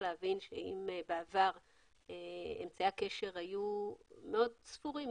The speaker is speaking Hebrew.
אם בעבר אמצעי הקשר היו מאוד ספורים,